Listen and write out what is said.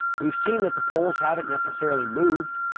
we've seen that the polls haven't necessarily moved.